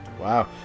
Wow